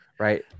Right